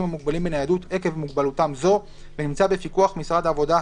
המוגבלים בניידות עקב מוגבלותם זו ונמצא בפיקוח משרד העבודה,